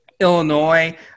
Illinois